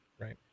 right